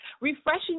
refreshing